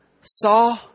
saw